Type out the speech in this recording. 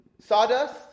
sawdust